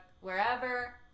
wherever